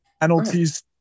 penalties